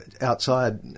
outside